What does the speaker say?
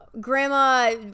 grandma